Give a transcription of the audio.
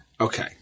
Okay